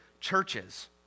churches